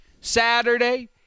Saturday